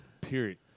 period